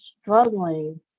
struggling